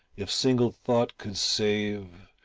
if single thought could save,